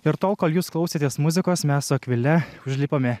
ir tol kol jūs klausėtės muzikos mes su akvile užlipame